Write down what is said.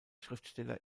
schriftsteller